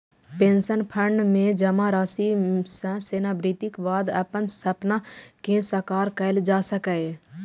pension fund मे जमा राशि सं सेवानिवृत्तिक बाद अपन सपना कें साकार कैल जा सकैए